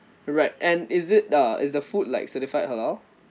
alright and is it uh is the food like certified halal